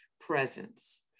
presence